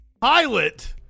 pilot